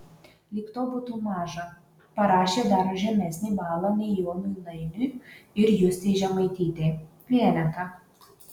lyg to būtų maža parašė dar žemesnį balą nei jonui nainiui ir justei žemaitytei vienetą